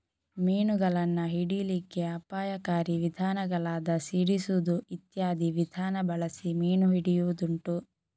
ಮೀನುಗಳನ್ನ ಹಿಡೀಲಿಕ್ಕೆ ಅಪಾಯಕಾರಿ ವಿಧಾನಗಳಾದ ಸಿಡಿಸುದು ಇತ್ಯಾದಿ ವಿಧಾನ ಬಳಸಿ ಮೀನು ಹಿಡಿಯುದುಂಟು